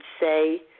say